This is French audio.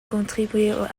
contribuer